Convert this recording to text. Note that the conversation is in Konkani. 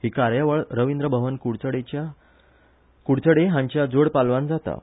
ही कार्यावळ रवींद्र भवन कुडचडें हांच्या जोड पालवान जाता